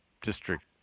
district